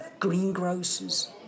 greengrocers